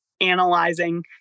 analyzing